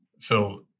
Phil